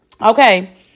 okay